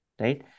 right